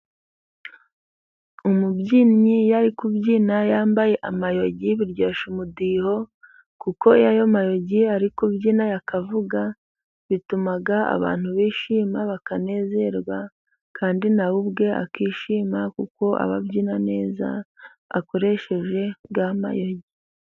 Umubyinnyi iyo ari kubyina yambaye amayogi biryoshya umudiho, kuko iyo ayo mayogi ari kubyina akavuga bituma abantu bishima bakanezerwa kandi nawe ubwe akishima kuko ababyina neza akoresheje n'amayogi.